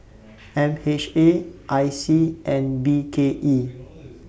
M H A I C and B K E